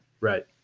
right